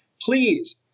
please